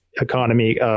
economy